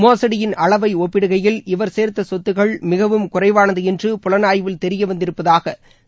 மோசடியின் அளவை ஒப்பிடுகையில் இவர் சேர்த்த சொத்துக்கள் மிகவும் குறைவானது என்று புலனாய்வில் தெரியவந்திருப்பதாக சிபிஐ கூறியுள்ளது